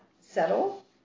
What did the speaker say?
settle